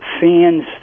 fans